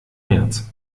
märz